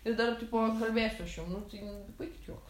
ir dar tipo kalbėsiu aš jum nu tai baikit juokus